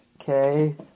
Okay